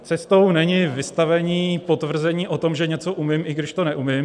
Cestou není vystavení potvrzení o tom, že něco umím, i když to neumím.